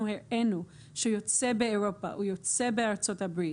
הראינו שהוא יוצא באירופה ויוצא בארצות הברית,